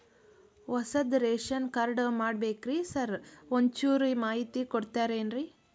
ಹೊಸದ್ ration card ಮಾಡ್ಬೇಕ್ರಿ sir ಒಂಚೂರ್ ಮಾಹಿತಿ ಕೊಡ್ತೇರೆನ್ರಿ?